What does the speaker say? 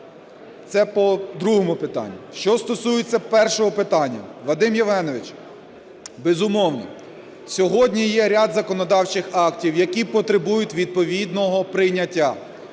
Це по другому питанню. Що стосується першого питання. Вадим Євгенович, безумовно, сьогодні є ряд законодавчих актів, які потребують відповідного прийняття.